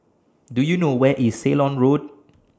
Do YOU know Where IS Ceylon Road